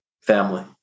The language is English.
family